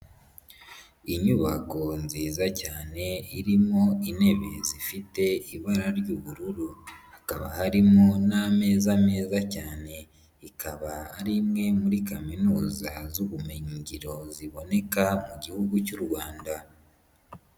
Inyubako nziza cyane irimo intebe zifite ibara ry'ubururu, hakaba harimo n'ameza meza cyane, ikaba ari imwe muri kaminuza z'ubumenyingiro ziboneka mu Gihugu cy'u Rwanda.